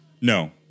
no